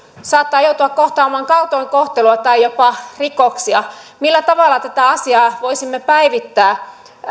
saattaa joutua kohtaamaan kaltoinkohtelua tai jopa rikoksia millä tavalla tätä asiaa voisimme päivittää